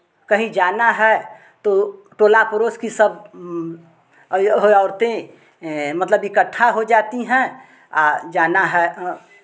कहीं जाना है तो टोला पड़ोस की सब औरतें मतलब इकट्ठा हो जाती हैं जाना है